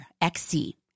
XC